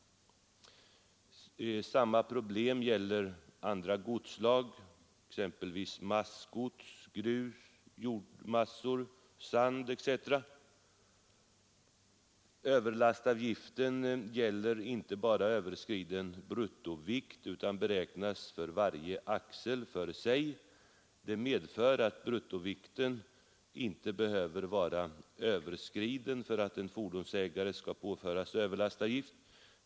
Samma problem gäller andra godsslag, exempelvis massgods, grus, jordmassor, sand etc. Överlastavgiften gäller inte bara överskriden bruttovikt utan beräknas för varje axel för sig. Det medför att bruttovikten inte behöver vara överskriden för att en fordonsägare skall påföras överlastavgift.